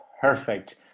perfect